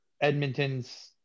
Edmonton's